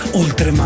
oltre